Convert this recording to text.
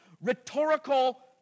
rhetorical